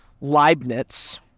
Leibniz